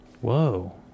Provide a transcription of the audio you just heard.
Whoa